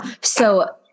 so-